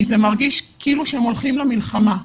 כי זה מרגיש כאילו הם הולכים למלחמה.